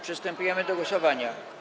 Przystępujemy do głosowania.